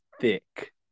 thick